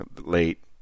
late